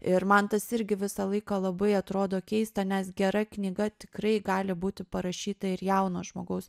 ir man tas irgi visą laiką labai atrodo keista nes gera knyga tikrai gali būti parašyta ir jauno žmogaus